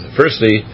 firstly